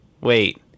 wait